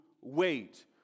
wait